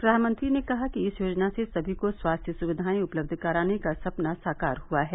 प्रधानमंत्री ने कहा कि इस योजना से सभी को स्वास्थ्य सुक्विाएं उपलब्ध कराने का सपना साकार हुआ है